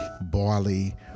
barley